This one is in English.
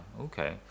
Okay